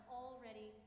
already